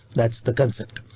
that's the concept,